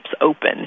open